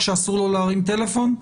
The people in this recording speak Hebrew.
כשאסור לו להרים טלפון?